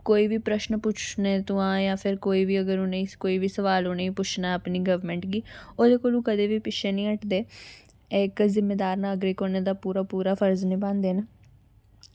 कोई बी प्रशन पुच्छने ताहीं असें कोई बी अगर उनें ई कोई बी सोआल उनेंगी पुच्छना अपनी गौरमैंट गी ओह्दे कोला कदें बी पिच्छें नेईं हट्टदे इक जिम्मेदार नागरिक होने दा पूरा पूरा फर्ज नभांदे न